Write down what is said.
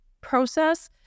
process